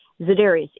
Zadarius